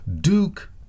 Duke